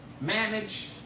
manage